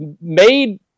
made